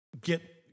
get